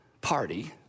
party